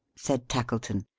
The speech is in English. said tackleton.